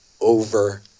over